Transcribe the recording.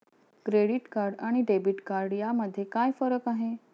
Credit card आणि debit card यामध्ये काय फरक आहे?